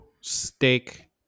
steak